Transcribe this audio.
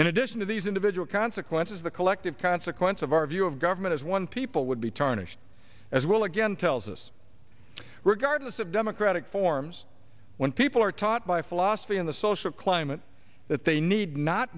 in addition to these individual consequences the collective unsequenced of our view of government as one people would be tarnished as well again tells us regardless of democratic forms when people are taught by philosophy in the social climate that they need not